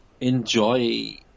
enjoy